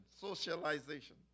Socialization